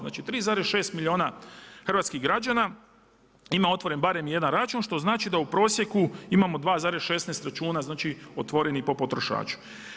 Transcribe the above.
Znači 3,6 milijuna hrvatskih građana ima otvoren barem jedna račun, što znači da u prosjeku imamo 2,16 računa otvorenih po potrošaču.